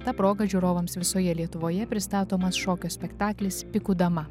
ta proga žiūrovams visoje lietuvoje pristatomas šokio spektaklis pikų dama